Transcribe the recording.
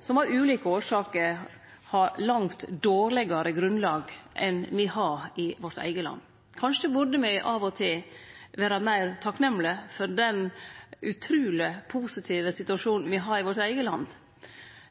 som av ulike årsaker har langt dårlegare grunnlag enn me har i vårt eige land. Kanskje burde me av og til vere meir takknemlege for den utruleg positive situasjonen me har i vårt eige land.